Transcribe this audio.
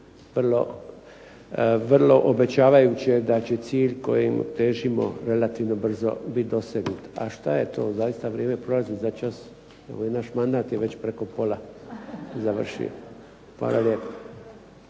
vrlo obećavajuće da će cilj kojem težimo relativno brzo biti dosegnut. A šta je to zaista vrijeme prolazi začas, ovaj naš mandat je već preko pola završio. Hvala lijepo.